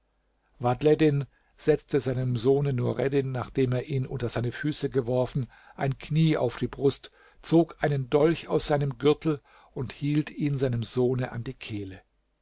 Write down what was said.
vadhleddin setzte seinem sohne nureddin nachdem er ihn unter seine füße geworfen ein knie auf die brust zog einen dolch aus seinem gürtel und hielt ihn seinem sohne an die kehle